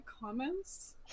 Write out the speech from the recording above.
comments